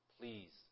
please